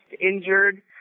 injured